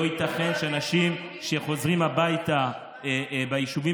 ולא ייתכן שאנשים שחוזרים הביתה ליישובים